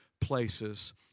places